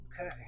Okay